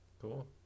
Cool